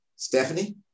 Stephanie